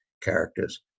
characters